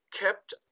kept